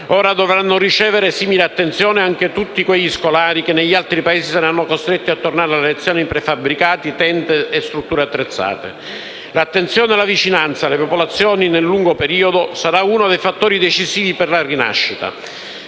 Ora dovranno ricevere simile attenzione anche tutti quegli scolari che negli altri paesi saranno costretti a tornare alle lezioni in prefabbricati, tende e strutture attrezzate. L'attenzione e la vicinanza alle popolazioni nel lungo periodo sarà uno dei fattori decisivi per la rinascita.